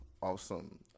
Awesome